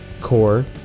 core